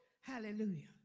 Hallelujah